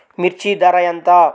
మిర్చి ధర ఎంత?